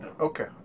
okay